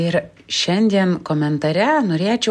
ir šiandien komentare norėčiau